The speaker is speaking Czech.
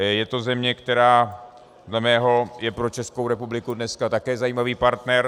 Je to země, která dle mého je pro Českou republiku dneska také zajímavý partner.